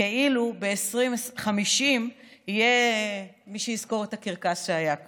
כאילו ב-2050 יהיה מי שיזכור את הקרקס שהיה כאן.